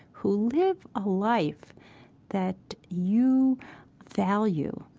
who live a life that you value.